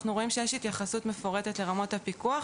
רואים שיש התייחסות מפורטת לרמות הפיקוח,